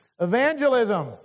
evangelism